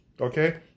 okay